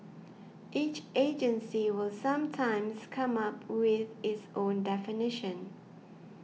each agency will sometimes come up with its own definition